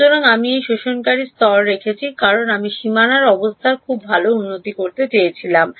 সুতরাং আমি একটি শোষণকারী স্তর রেখেছি কারণ আমি সীমানার অবস্থার খুব ভাল উন্নতি করতে চেয়েছিলাম